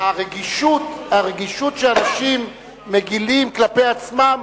הרגישות שאנשים מגלים כלפי עצמם,